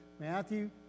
Matthew